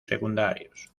secundarios